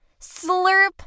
Slurp